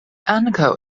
ankaŭ